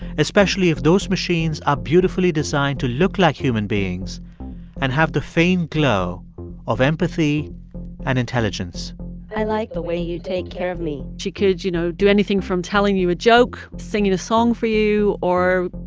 especially if those machines are beautifully designed to look like human beings and have the faint glow of empathy and intelligence i like the way you take care of me she could, you know, do anything from telling you a joke, singing a song for you or,